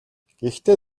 гэхдээ